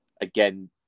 again